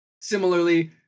Similarly